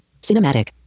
Cinematic